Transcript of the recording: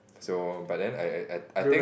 so but then I I think